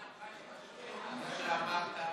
כמו שאמרת,